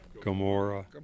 Gomorrah